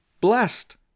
blessed